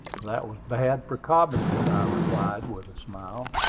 that was bad for cobbington, i replied, with a smile.